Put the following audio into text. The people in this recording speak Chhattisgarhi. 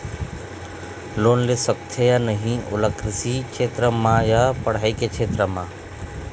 लोन ले सकथे या नहीं ओला कृषि क्षेत्र मा या पढ़ई के क्षेत्र मा?